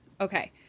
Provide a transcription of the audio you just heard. okay